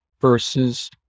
versus